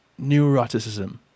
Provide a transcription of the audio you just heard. neuroticism